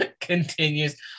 continues